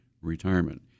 retirement